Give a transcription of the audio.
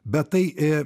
bet tai